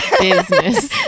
business